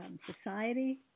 society